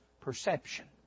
perception